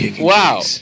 Wow